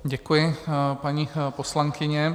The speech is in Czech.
Děkuji, paní poslankyně.